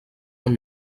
amb